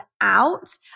out